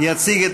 קריאה